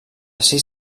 sis